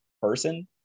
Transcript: person